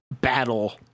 battle